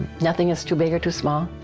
nothing is too big or too small.